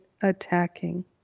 attacking